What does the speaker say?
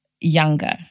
younger